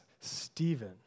Stephen